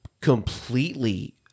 completely